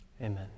Amen